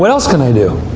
but else can i do?